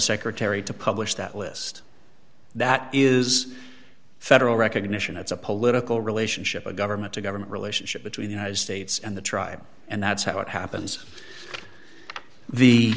secretary to publish that list that is federal recognition as a political relationship a government to government relationship between united states and the tribe and that's how it happens the